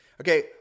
Okay